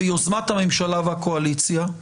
ביוזמת הממשלה והקואליציה,